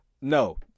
No